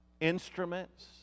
instruments